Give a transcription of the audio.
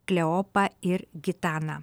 kleopą ir gitaną